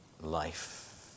life